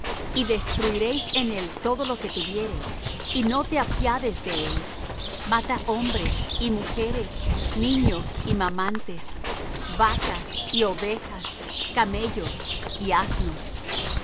y destuiréis en él todo lo que tuviere y no te apiades de él mata hombres y mujeres niños y mamantes vacas y ovejas camellos y asnos